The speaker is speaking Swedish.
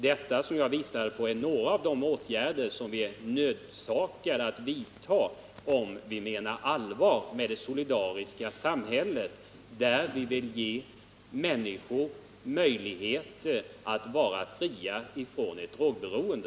Vad jag visade på är några av de åtgärder som vi är tvungna att vidta, om vi menarallvar med det solidariska samhället, där vi vill ge människor möjlighet att vara fria från ett drogberoende.